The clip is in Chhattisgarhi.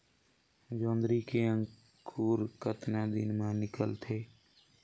जोंदरी के अंकुर कतना दिन मां निकलथे?